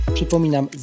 Przypominam